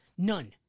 None